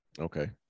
Okay